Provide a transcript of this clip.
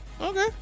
Okay